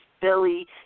Philly